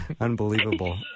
unbelievable